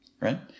right